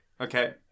Okay